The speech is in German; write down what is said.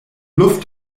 luft